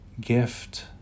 gift